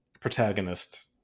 protagonist